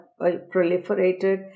proliferated